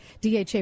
DHA